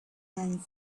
man